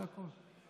זה הכול.